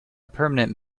permanent